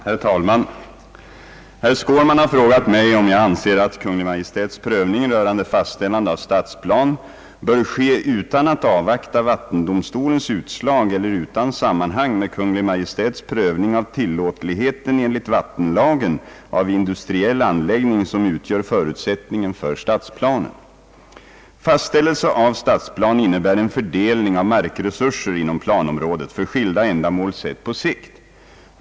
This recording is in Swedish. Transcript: Herr talman! Herr Skårman har frågat mig om jag anser att Kungl. Maj:ts prövning rörande fastställande av stadsplan bör ske utan att avvakta vattendomstolens utslag eller utan sammanhang med Kungl. Maj:ts prövning av tillåtligheten enligt vattenlagen av industriell anläggning som utgör förutsättningen för stadsplanen. Fastställelse av stadsplan innebär en fördelning av markresurser inom planområdet för skilda ändamål sett på sikt.